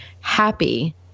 happy